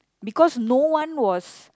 because no one was